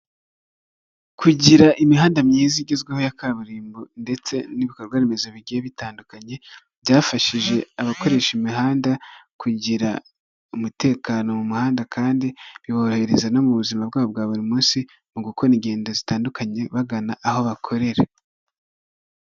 Kugira imihanda myiza igezweho ya kaburimbo ndetse n'ibikorwaremezo bigiye bitandukanye, byafashije abakoresha imihanda kugira umutekano mu muhanda, kandi biborohereza no mu buzima bwabo bwa buri munsi mu gukora ingendo zitandukanye bagana aho bakorera.